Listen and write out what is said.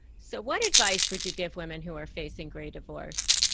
so what advice would you give women, who are facing gray divorce?